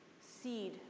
seed